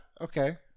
Okay